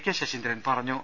K Saseendran പറഞ്ഞു